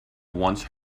once